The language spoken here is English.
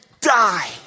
die